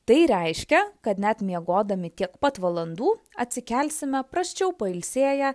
tai reiškia kad net miegodami tiek pat valandų atsikelsime prasčiau pailsėję